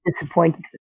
disappointed